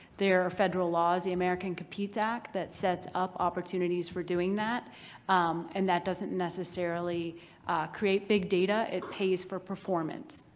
there are federal laws in the america competes act that sets up opportunities for doing that and that doesn't necessarily create big data. it pays for performance.